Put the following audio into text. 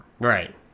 Right